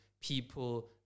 people